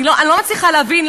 אני לא מצליחה להבין,